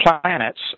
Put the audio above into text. planets